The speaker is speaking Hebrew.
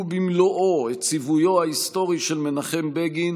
במלואו את ציוויו ההיסטורי של מנחם בגין: